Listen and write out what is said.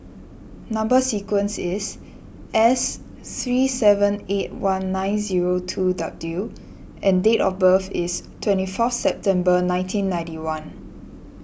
Number Sequence is S three seven eight one nine zero two W and date of birth is twenty fourth September nineteen ninety one